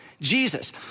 Jesus